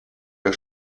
der